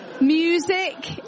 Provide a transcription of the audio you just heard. Music